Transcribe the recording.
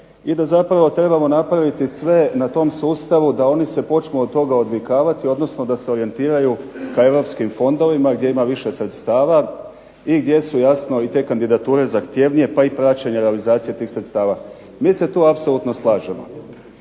i da zapravo trebamo napraviti sve na tom sustavu da oni se počnu od toga odvikavati, odnosno da se orijentiraju ka europskim fondovima gdje ima više sredstava i gdje su jasno i te kandidature zahtjevnije pa i praćenje realizacije tih sredstava. Mi se tu apsolutno slažemo.